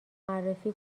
معرفی